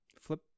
flip